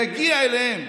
להגיע אליהם,